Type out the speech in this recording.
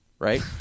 Right